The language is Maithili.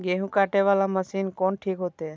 गेहूं कटे वाला मशीन कोन ठीक होते?